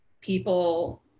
people